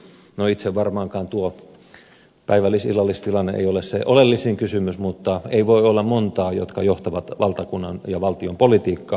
varmaankaan itse tuo päivällis tai illallistilanne ei ole se oleellisin kysymys mutta ei voi olla monta jotka johtavat valtakunnan ja valtion politiikkaa